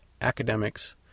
academics